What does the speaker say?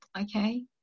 Okay